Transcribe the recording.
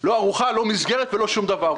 לא ארוחה ולא שום דבר.